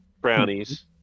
Brownies